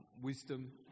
wisdom